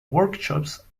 workshops